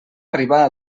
arribar